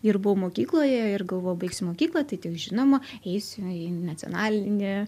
ir buvau mokykloje ir galvojau baigsiu mokyklą tai žinoma eisiu į nacionalinį